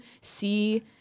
see